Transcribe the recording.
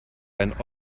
ein